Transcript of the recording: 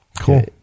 Cool